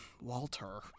Walter